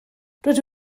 rydw